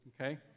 okay